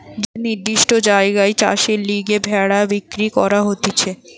যে নির্দিষ্ট জায়গায় চাষের লিগে ভেড়া বিক্রি করা হতিছে